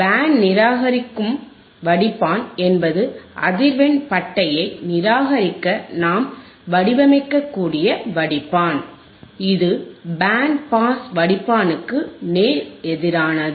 pant நிராகரிப்பு வடிப்பான் என்பது அதிர்வெண் பட்டையை நிராகரிக்க நாம் வடிவமைக்கக்கூடிய வடிப்பான் இது பேண்ட் பாஸ் வடிப்பானுக்கு நேர் எதிரானது